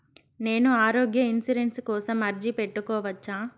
నేను ఆరోగ్య ఇన్సూరెన్సు కోసం అర్జీ పెట్టుకోవచ్చా?